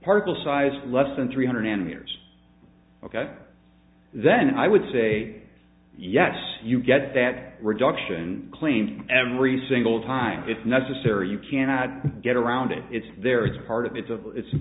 particle size less than three hundred m years ok then i would say yes you get that reduction cleaned every single time it's necessary you cannot get around it it's there it's part of it's of it's